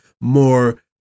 more